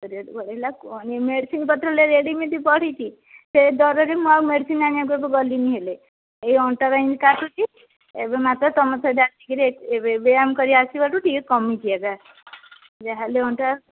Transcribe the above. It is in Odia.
ଚାରିଆଡ଼େ ବଢ଼େଇଲା କୁହନି ମେଡ଼ିସିନ ପତ୍ର ରେଟ୍ ଯେମିତି ବଢ଼ିଛି ସେ ଡରରେ ମୁଁ ଆଉ ମେଡ଼ିସିନ୍ ଆଣିବାକୁ ଏବେ ଗଲିନି ହେଲେ ଏଇ ଅଣ୍ଟାରେ ଏଇିତି କାଟୁଛି ଏବେ ମାତ୍ର ତମ ସହିତ ଆସିକିରି ଏବେ ବ୍ୟାୟାମ କରି ଆସିବାଠୁ ଟିକେ କମିଚି ଏକା ଯାହାହେଲେ ଅଣ୍ଟା